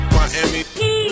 Miami